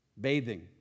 bathing